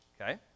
okay